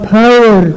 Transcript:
power